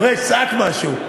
פריג', צעק משהו.